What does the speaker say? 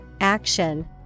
action